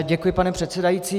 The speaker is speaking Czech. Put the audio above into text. Děkuji, pane předsedající.